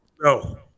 No